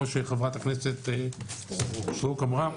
כמו שחברת הכנסת סטרוק אמרה,